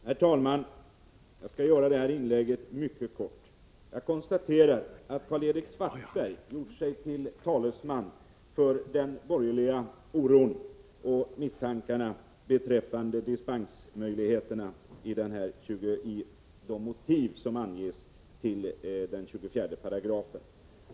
Herr talman! Jag skall göra detta inlägg mycket kort. Jag konstaterar att Karl-Erik Svartberg gjorde sig till talesman för den borgerliga oron och misstankarna beträffande riskerna med dispensmöjligheterna enligt de motiv som anges till 24 §.